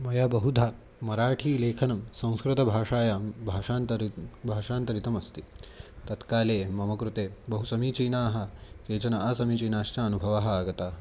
मया बहुधा मराठीलेखनं संस्कृतभाषायां भाषान्तरितं भाषान्तरितमस्ति तत्काले मम कृते बहु समीचीनाः केचन असमीचीनाश्च अनुभवाः आगताः